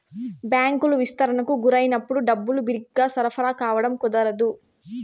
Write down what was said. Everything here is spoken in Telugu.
బ్యాంకులు విస్తరణకు గురైనప్పుడు డబ్బులు బిరిగ్గా సరఫరా కావడం కుదరదు